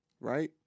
right